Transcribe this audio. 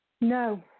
No